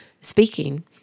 speaking